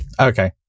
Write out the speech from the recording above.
Okay